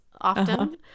often